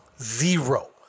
Zero